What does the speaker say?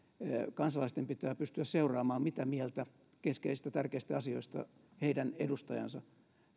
kansalaisten pitää pystyä seuraamaan mitä mieltä keskeisistä tärkeistä asioista heidän edustajansa